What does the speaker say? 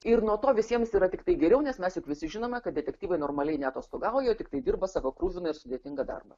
ir nuo to visiems yra tiktai geriau nes mes juk visi žinome kad detektyvai normaliai neatostogauja o tiktai dirba savo kruviną ir sudėtingą darbą